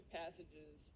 passages